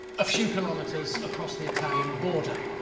a few kilometres across the italian border.